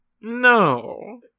No